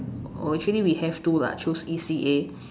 or actually we have to lah choose E_C_A